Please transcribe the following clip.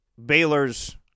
Baylor's